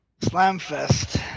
Slamfest